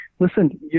listen